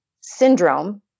syndrome